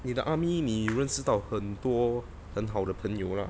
你的 army 你认识到很多很好的朋友啦